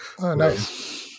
Nice